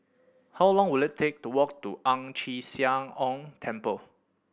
how long will it take to walk to Ang Chee Sia Ong Temple